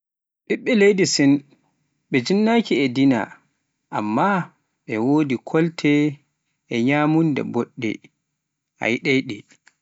ɓiɓɓe leydi Sin, ɓe jinnaaki e dina, amma ɓe wodi kolte e nyamunda boɗɗe a yiɗai ɗe.